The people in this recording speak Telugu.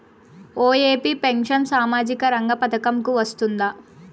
ఒ.ఎ.పి పెన్షన్ సామాజిక రంగ పథకం కు వస్తుందా?